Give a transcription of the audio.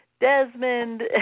Desmond